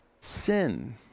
sin